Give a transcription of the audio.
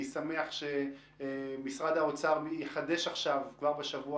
אני שמח שמשרד האוצר יחדש כבר בשבוע